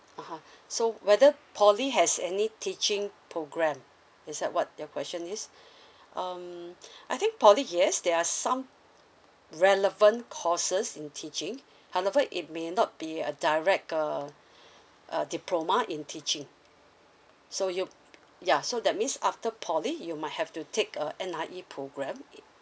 (uh huh) so whether poly has any teaching programme is that what your question is um I think poly yes there are some relevant courses in teaching however it may not be a direct uh uh diploma in teaching so you p~ ya so that means after poly you might have to take a N_I_E programme